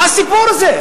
מה הסיפור הזה?